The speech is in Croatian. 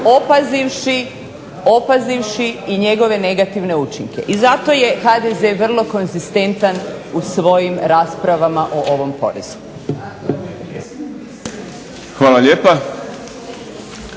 opazivši i njegove negativne učinke. I zato je HDZ vrlo konzistentan u svojim raspravama o ovom porezu. **Šprem,